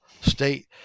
State